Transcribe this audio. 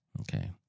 Okay